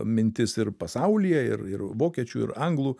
mintis ir pasaulyje ir ir vokiečių ir anglų